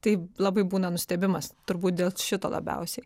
tai labai būna nustebimas turbūt dėl šito labiausiai